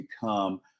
become